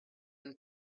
and